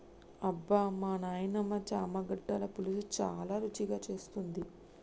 అబ్బమా నాయినమ్మ చామగడ్డల పులుసు చాలా రుచిగా చేస్తుంది